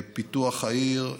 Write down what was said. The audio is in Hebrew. פיתוח העיר,